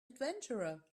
adventurer